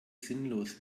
sinnlos